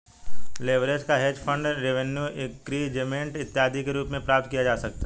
leverage को hedge fund revenue increment इत्यादि के रूप में प्राप्त किया जा सकता है